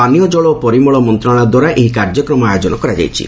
ପାନୀୟଜଳ ଓ ପରିମଳ ମନ୍ତ୍ରଣାଳୟ ଦ୍ୱାରା ଏହି କାର୍ଯ୍ୟକ୍ରମର ଆୟୋଜନ କରାଯାଇଛି